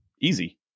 easy